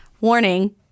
Warning